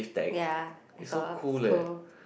ya I saw it's cool